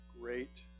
great